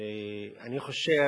אני חושב